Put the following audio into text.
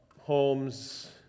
homes